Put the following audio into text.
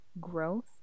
growth